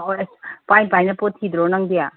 ꯍꯣꯏ ꯄꯥꯏ ꯄꯥꯏꯅ ꯄꯣꯠ ꯊꯤꯗ꯭ꯔꯣ ꯅꯪꯗꯤ